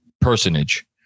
personage